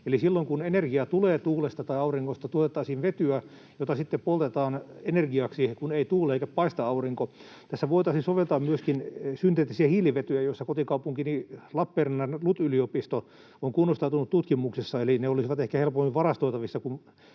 Eli silloin, kun energiaa tulee tuulesta tai auringosta, tuotettaisiin vetyä, jota sitten poltetaan energiaksi, kun ei tuule eikä paista aurinko. Tässä voitaisiin soveltaa myöskin synteettisiä hiilivetyjä, joiden tutkimuksessa kotikaupunkini Lappeenrannan LUT-yliopisto on kunnostautunut. Eli ne olisivat ehkä helpommin varastoitavissa